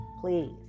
Please